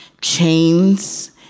chains